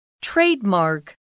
Trademark